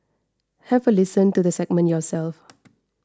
have a listen to the segment yourself